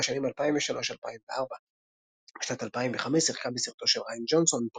בשנים 2003–2004. בשנת 2005 שיחקה בסרטו של ריאן ג'ונסון,